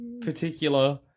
particular